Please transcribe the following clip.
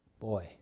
Boy